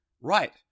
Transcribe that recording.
right